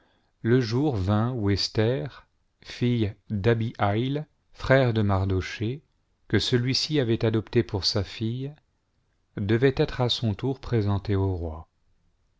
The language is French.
le jour vint où esther fille d'abihaïl frère de mardochéc que celui-ci avait adoptée pour sa fille devait être à son tour présentée au roi